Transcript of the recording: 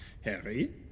Harry